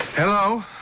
hello?